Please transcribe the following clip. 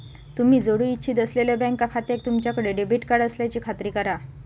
तुम्ही जोडू इच्छित असलेल्यो बँक खात्याक तुमच्याकडे डेबिट कार्ड असल्याची खात्री करा